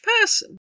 person